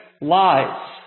lies